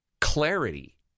clarity